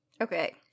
Okay